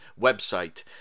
website